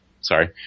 sorry